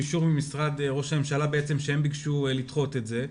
אישור ממשרד ראש הממשלה שבעצם הם ביקשו לדחות את זה,